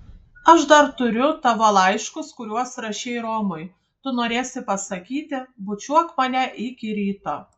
aš dar turiu tavo laiškus kuriuos rašei romui tu norėsi pasakyti bučiuok mane iki ryto